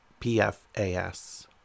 PFAS